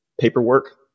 paperwork